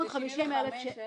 350,000 שקלים.